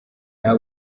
nta